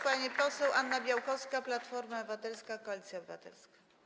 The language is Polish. Pani poseł Anna Białkowska, Platforma Obywatelska - Koalicja Obywatelska.